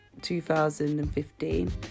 2015